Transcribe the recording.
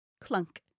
clunk